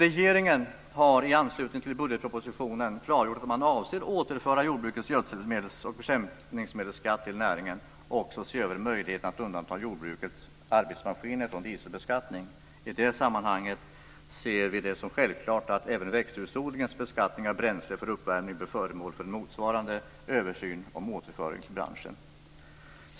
Regeringen har i anslutning till budgetpropositionen klargjort att man avser att återföra jordbrukets gödselmedels och bekämpningsmedelsskatter till näringen och även se över möjligheterna att undanta jordbrukets arbetsmaskiner från dieselbeskattning. I det sammanhanget ser vi det som självklart att även växthusodlingens beskattning av bränsle för uppvärmning blir föremål för en motsvarande översyn om återföring till branschen.